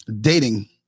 Dating